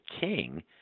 king